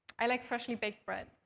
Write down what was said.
i like freshly baked bread.